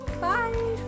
bye